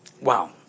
Wow